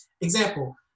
Example